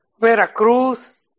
Veracruz